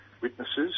witnesses